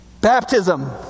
Baptism